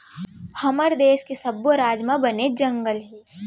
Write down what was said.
हमर देस के सब्बो राज म बनेच जंगल हे